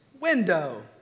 window